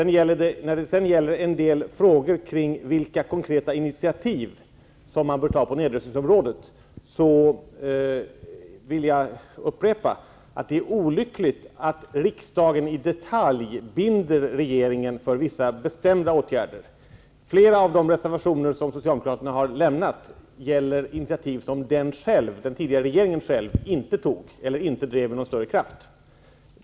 När det sedan gäller en del frågor kring vilka konkreta initiativ som vi bör ta på nedrustningsområdet, vill jag upprepa att det är olyckligt att riksdagen i detalj binder regeringen för vissa bestämda åtgärder. Flera av de reservationer som Socialdemokraterna har lämnat gäller initiativ som den tidigare regeringen inte tog eller inte drev med någon större kraft.